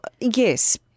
Yes